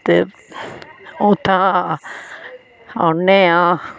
ते उत्थुआं औने आं